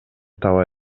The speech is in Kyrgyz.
таба